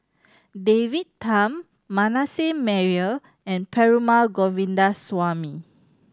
David Tham Manasseh Meyer and Perumal Govindaswamy